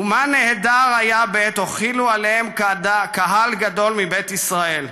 ומה נהדר היה בעת הוחילו עליהם קהל גדול מבית ישראל.